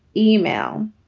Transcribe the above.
email.